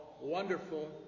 wonderful